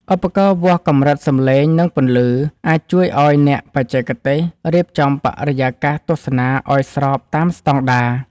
ឧបករណ៍វាស់កម្រិតសំឡេង និងពន្លឺ អាចជួយឱ្យអ្នកបច្ចេកទេសរៀបចំបរិយាកាសទស្សនាឱ្យស្របតាមស្ដង់ដារ។